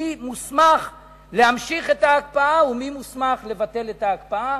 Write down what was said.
מי מוסמך להמשיך את ההקפאה ומי מוסמך לבטל את ההקפאה.